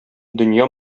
дөнья